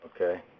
Okay